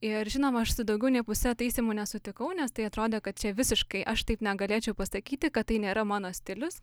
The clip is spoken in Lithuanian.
ir žinoma aš su daugiau nei pusę taisymų nesutikau nes tai atrodė kad čia visiškai aš taip negalėčiau pasakyti kad tai nėra mano stilius